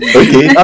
okay